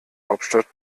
hauptstadt